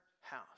house